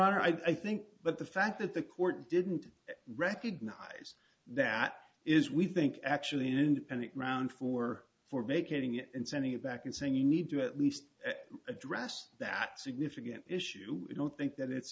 honor i think but the fact that the court didn't recognize that is we think actually an independent round for for vacating it and sending it back and saying you need to at least address that significant issue i don't think that it's